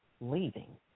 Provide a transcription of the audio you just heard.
leaving